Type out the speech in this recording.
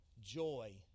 Joy